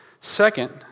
Second